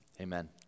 Amen